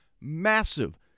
massive